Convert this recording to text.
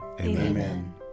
Amen